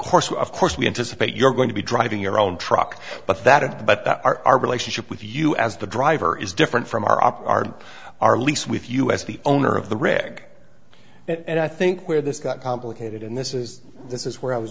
course of course we anticipate you're going to be driving your own truck but that but our relationship with you as the driver is different from our op are our lease with us the owner of the reg and i think where this got complicated in this is this is where i was